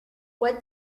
what